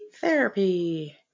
therapy